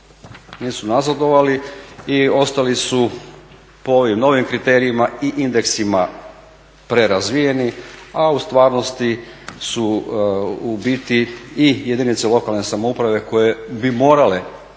nisu nazadovali i ostali su po ovim novim kriterijima i indeksima prerazvijeni, a u stvarnosti u biti i jedinice lokalne samouprave koje bi morale